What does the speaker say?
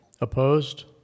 Opposed